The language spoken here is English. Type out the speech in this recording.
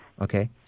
Okay